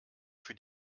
für